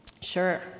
Sure